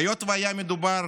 היות שהיה מדובר